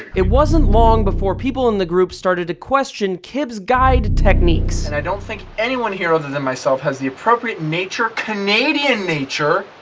it wasn't long before people in the group started to question cib's guide techniques. i don't think anyone here other than myself has the appropriate nature canadian nature,